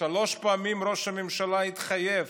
שלוש פעמים ראש הממשלה התחייב